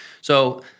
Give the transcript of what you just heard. So-